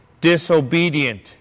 disobedient